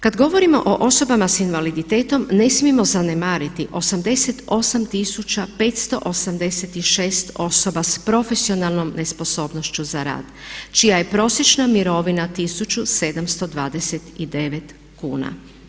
Kad govorimo o osobama s invaliditetom ne smijemo zanemariti 88 586 osoba s profesionalnom nesposobnošću za rad čija je prosječna mirovina 1729 kuna.